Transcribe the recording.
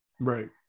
Right